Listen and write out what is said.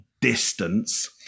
distance